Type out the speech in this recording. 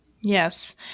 yes